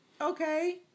Okay